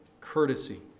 courtesy